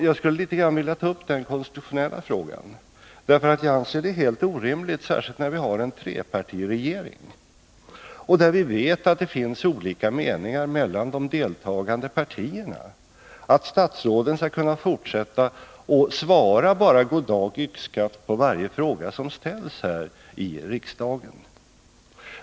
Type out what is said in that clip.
Jag skulle vilja ta upp den konstitutionella frågan, eftersom jag anser det helt orimligt — särskilt när vi nu har en trepartiregering där vi vet att det finns olika meningar mellan de deltagande partierna — om statsråden skall kunna fortsätta att svara bara goddag-yxskaft på varje fråga som ställs här i riksdagen.